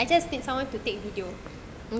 ya I just need someone to take video